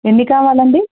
ఎన్ని కావాలండి